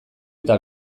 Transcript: eta